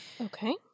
Okay